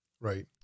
Right